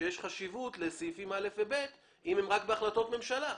שיש חשיבות לסעיפים (א) ו-(ב) אם הם רק בהחלטות ממשלה.